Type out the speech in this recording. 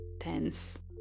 tense